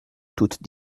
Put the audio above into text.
toute